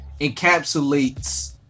encapsulates